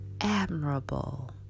admirable